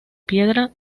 piedra